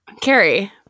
Carrie